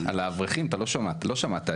על האברכים לא שמעת?